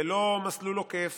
זה לא מסלול עוקף